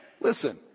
listen